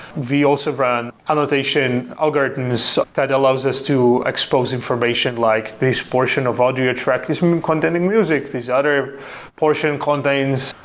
we also run annotation algorithms that allows us to expose information like this portion of i'll do your track this condemning music. this other portion contains,